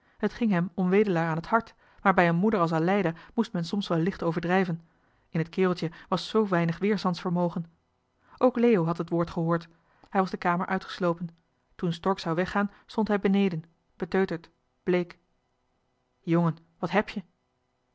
het ging hem om wedelaar aan het hart maar bij een moeder als aleida moest men soms wel licht overdrijven in het kereltje was z weinig weerstandsvermogen ook leo had het woord gehoord hij was de kamer uitgeslopen toen stork zou weggaan stond hij beneden beteuterd bleek jongen wat hèb je